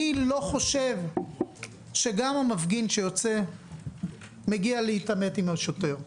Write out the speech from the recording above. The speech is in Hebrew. אני לא חושב שגם המפגין שיוצא מגיע להתעמת עם השוטר.